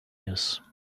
ears